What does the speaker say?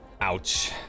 Ouch